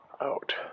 out